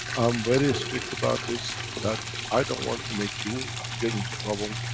i'm very strict about this, that i don't want to make you, to get into problem,